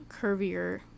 curvier